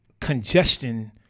congestion